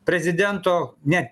prezidento ne